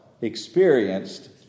experienced